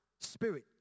spirit